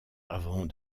avant